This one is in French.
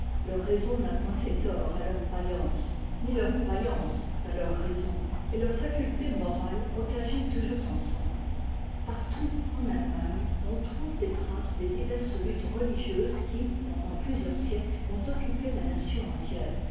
n'a point fait tort à leur croyance ni leur croyance à leur raison et leurs facultés morales ont agi toujours ensemble partout en allemagne on trouve des traces des diverses luttes religieuses qui pendant plusieurs siècles ont occupé la nation entière